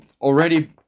Already